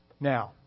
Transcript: Now